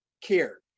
cared